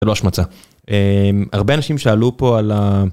הרבה אנשים שאלו פה על ה...